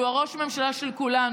שהוא של ראש הממשלה של כולנו,